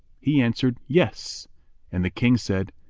he answered, yes and the king said,